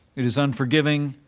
it is unforgiving,